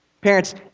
Parents